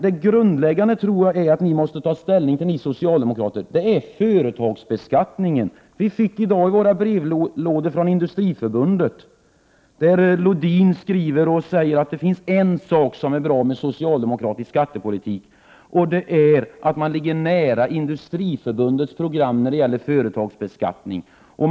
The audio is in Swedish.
Det grundläggande är att ni socialdemokrater måste ta ställning till företagsbeskattningen. Vi fick i dag i våra brevlådor material från Industri förbundet, där Lodin skriver att det finns en sak som är bra med socialdemokratisk skattepolitik, och det är att man ligger nära Industriförbundets program när det gäller företagsbeskattningen.